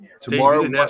Tomorrow